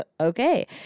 okay